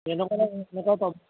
যেনেকুৱা লাগে তেনেকুৱাই পাব